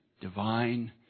divine